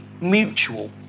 mutual